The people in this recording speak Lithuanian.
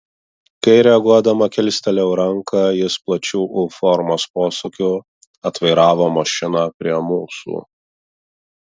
kai reaguodama kilstelėjau ranką jis plačiu u formos posūkiu atvairavo mašiną prie mūsų